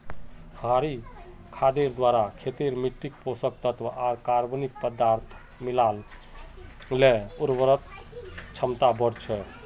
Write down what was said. हरी खादेर द्वारे खेतेर मिट्टित पोषक तत्त्व आर कार्बनिक पदार्थक मिला ल उर्वरता बढ़ छेक